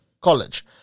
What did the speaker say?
college